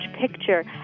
picture